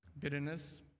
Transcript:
Bitterness